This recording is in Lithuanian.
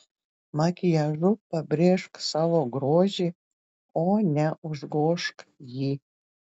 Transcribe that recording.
makiažu pabrėžk savo grožį o ne užgožk jį